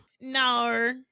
No